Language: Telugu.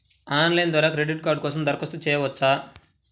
ఆన్లైన్ ద్వారా క్రెడిట్ కార్డ్ కోసం దరఖాస్తు చేయవచ్చా?